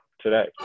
today